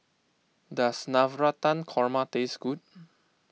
does Navratan Korma taste good